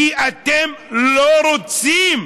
כי אתם לא רוצים,